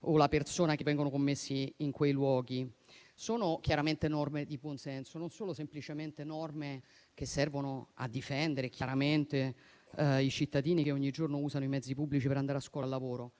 o la persona che vengono commessi in quei luoghi. Sono chiaramente norme di buon senso, che non servono semplicemente a difendere i cittadini che ogni giorno usano i mezzi pubblici per andare a scuola o al lavoro,